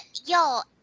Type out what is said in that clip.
y'all,